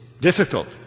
difficult